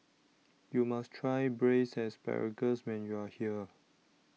YOU must Try Braised Asparagus when YOU Are here